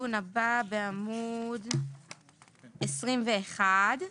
התיקון הבא בעמוד 21,